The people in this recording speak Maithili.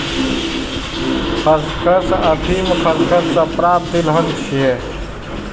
खसखस अफीम खसखस सं प्राप्त तिलहन छियै